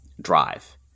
drive